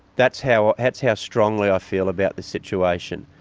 that's how that's how strongly i feel about the situation.